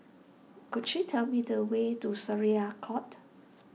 could you tell me the way to Syariah Court